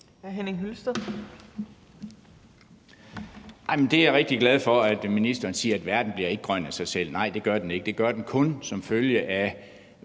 Jeg er rigtig glad for, at ministeren siger, at verden ikke bliver grøn af sig selv. Nej, det gør den ikke; det gør den kun som følge af